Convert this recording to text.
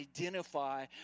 identify